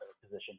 position